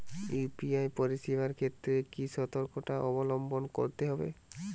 UPI পরিসেবার ক্ষেত্রে কি সতর্কতা অবলম্বন করতে হবে?